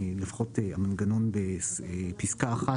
לפחות המנגנון בפסקה 1,